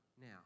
now